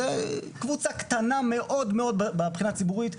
זו קבוצה קטנה מאוד מאוד מבחינה ציבורית,